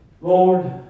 Lord